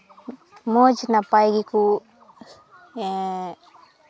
ᱢᱚᱡᱽ ᱱᱟᱯᱟᱭ ᱜᱮᱠᱚ